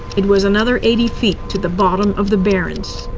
it was another eighty feet to the bottom of the barents.